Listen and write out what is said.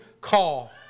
call